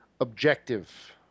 objective